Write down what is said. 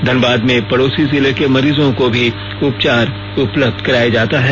धनबाद में पड़ोसी जिले की मरीजों को भी उपचार उपलब्ध कराया जाता है